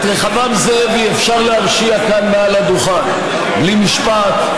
את רחבעם זאבי אפשר להרשיע כאן מעל הדוכן בלי משפט,